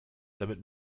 damit